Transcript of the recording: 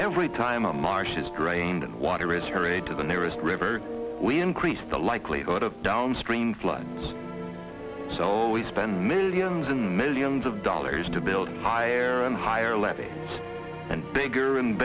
every time a marsh is drained and water is hurried to the nearest river we increase the likelihood of downstream floods so we spend millions and millions of dollars to build higher and higher levels and bigger and